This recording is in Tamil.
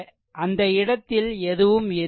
அந்த இடத்தில் எதுவும் இருக்காது